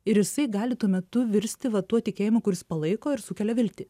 ir jisai gali tuo metu virsti va tuo tikėjimu kuris palaiko ir sukelia viltį